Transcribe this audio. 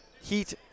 Heat-